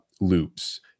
loops